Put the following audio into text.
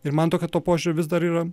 ir man tokia tuo požiūriu vis dar yra